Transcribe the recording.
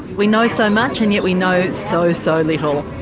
we know so much and yet we know so, so little.